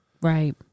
Right